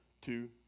two